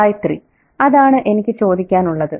ഗായത്രി അതാണ് എനിക്ക് ചോദിക്കാനുള്ളത്